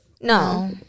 No